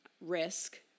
risk